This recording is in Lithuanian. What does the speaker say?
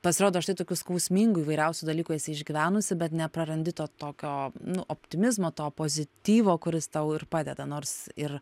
pasirodo štai tokių skausmingų įvairiausių dalykų esi išgyvenusi bet ne prarandi to tokio nu optimizmo to pozityvo kuris tau ir padeda nors ir